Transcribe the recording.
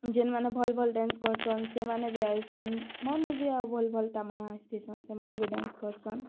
ଯେନ୍ମାନେ ଭଲ୍ ଭଲ୍ ଡ୍ୟାନ୍ସ୍ କରିସନ୍ ସେମାନେ ବି ଆଇସନ୍ ମନ୍ ବି ଆଉ ଭଲ୍ ଭଲ୍ ତାମାନେ ଆସିଛନ୍ ସେମାନେ ବି ଡ୍ୟାନ୍ସ୍ କରିସନ୍